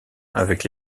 avec